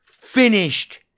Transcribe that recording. finished